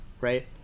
right